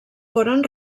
foren